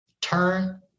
turn